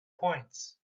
points